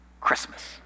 Christmas